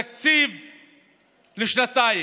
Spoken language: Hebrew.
תקציב לשנתיים.